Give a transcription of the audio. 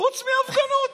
חוץ מההפגנות.